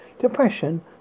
depression